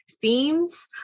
themes